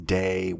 day